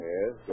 Yes